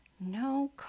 No